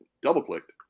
double-clicked